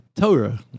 Torah